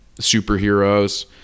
superheroes